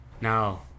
Now